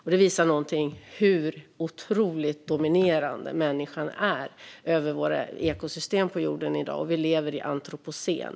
Detta visar hur otroligt dominerande människan är över våra ekosystem på jorden i dag. Vi lever i antropocen.